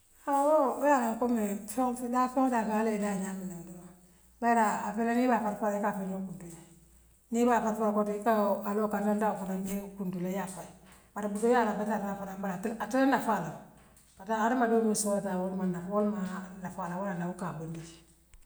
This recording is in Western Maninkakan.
Haa woo wooleyaatina nko mee feŋo feŋ daa feŋ daa feŋ allah yaa ňaami ňaa doroŋ bare afele nii ibaa farfarla ikaa a feňoo kuntule ňiŋ ibaa kafoo kotike ika awoo alawoo kartantaŋoo fanaŋ yewoo kuntule yaa fayi bare muŋbe yaala betiyaata nan fanaŋ ate ate ye nafaa la. fataa hadama dool le solataal woole man naf woolemaa nafaal la woo leyaa tina mool kaa bondi.